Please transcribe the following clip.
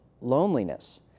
loneliness